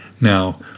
Now